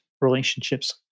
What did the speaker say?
relationships